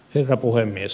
herra puhemies